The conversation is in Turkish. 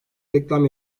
reklam